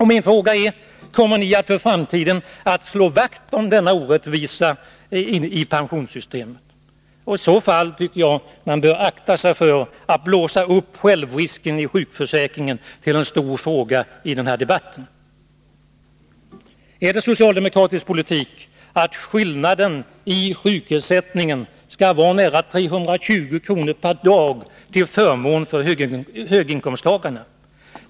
Min fråga är: Kommer ni att för framtiden slå vakt om denna orättvisa i pensionssystemet? I så fall tycker jag att ni bör akta er för att blåsa upp detta med självrisken i sjukförsäkringen till en stor fråga i den här debatten. Är det socialdemokratisk politik att skillnaden i sjukersättningen skall vara nära 320 kr. per dag till förmån för höginkomsttagarna?